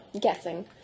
guessing